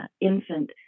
infant